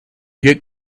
get